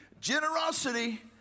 Generosity